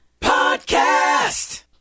Podcast